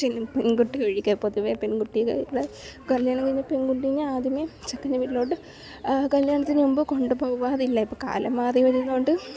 ചെല്ലും പെൺകുട്ടി ഒഴികെ പൊതുവെ പെൺകുട്ടികൾ കല്യാണം കഴിഞ്ഞ പെൺകുട്ടിനെ ആദ്യമെ ചെക്കൻ്റെ വീട്ടിലോട്ട് കല്യാണത്തിന് മുമ്പെ കൊണ്ടു പോവാറില്ല ഇപ്പം കാലം മാറിവരുന്നത് കൊണ്ട്